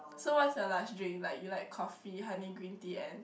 so what's your last drink like you like coffee honey green tea and